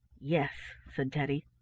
yes, said teddy,